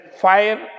fire